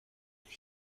بودی